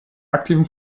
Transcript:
aktiven